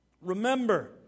Remember